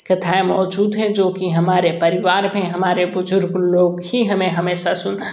कथाऍं मौजूद हैं जोकि हमारे परिवार में हमारे बुजुर्ग लोग ही हमेशा सुन